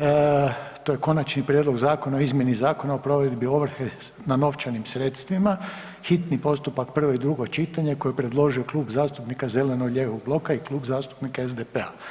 2, to je Konačni prijedlog zakona o izmjeni Zakona o provedbi ovrhe na novčanim sredstvima, hitni postupak, prvo i drugo čitanje koji je predložio Klub zastupnika zeleno-lijevog bloka i Klub zastupnika SDP-a.